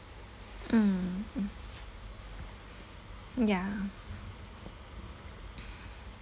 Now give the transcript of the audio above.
mm mm ya